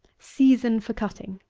season for cutting.